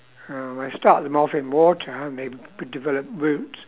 um I start them off in water and they develop roots